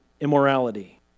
immorality